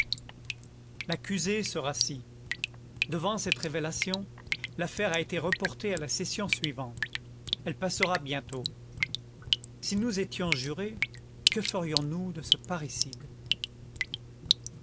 l'accusé se rassit devant cette révélation l'affaire a été reportée à la session suivante elle passera bientôt si nous étions jurés que ferions-nous de ce parricide